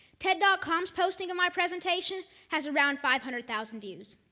ted dot com posting of my presentation has around five hundred thousand views.